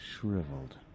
shriveled